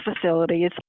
facilities